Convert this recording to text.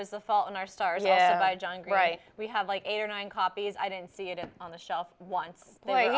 was the fault in our stars yeah by john gray we have like eight or nine copies i don't see it on the shelf once they